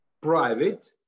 private